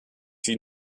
sie